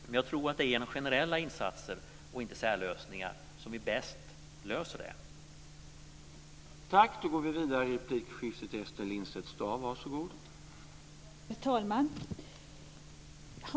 Men jag tror att det är genom generella lösningar och inte med särlösningar som vi bäst löser det problemet.